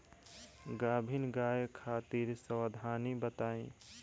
गाभिन गाय खातिर सावधानी बताई?